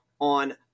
on